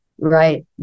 right